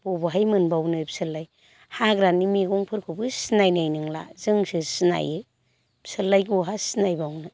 बवेहाय मोनबावनो बिसोरलाय हाग्रानि मैगंफोरखौबो सिनायनाय नंला जोंसो सिनायो फिसोरलाय बहा सिनाय बावनो